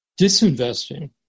disinvesting